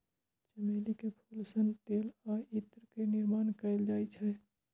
चमेली के फूल सं तेल आ इत्र के निर्माण कैल जाइ छै